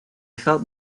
felt